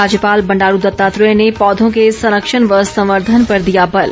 राज्यपाल बंडारू दत्तात्रेय ने पौधों के संरक्षण व संवर्धन पर दिया बल